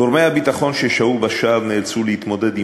גורמי הביטחון ששהו בשער נאלצו להתמודד עם